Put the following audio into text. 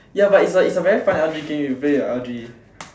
ya but it's a it's a very fun L_G game you play with your L_G